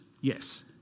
yes